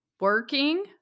Working